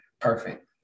perfect